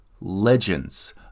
legends